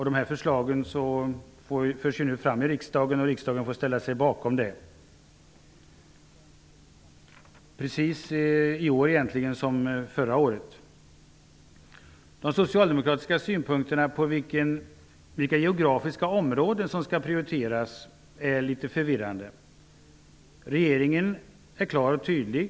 De här förslagen förs nu fram i riksdagen, och riksdagen har att ställa sig bakom. Detta gäller i år precis som förra året. De socialdemokratiska synpunkterna på vilka geografiska områden som skall prioriteras är litet förvirrande. Regeringen är klar och tydlig.